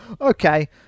Okay